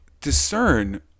discern